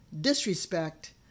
disrespect